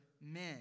men